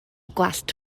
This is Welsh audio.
gwallt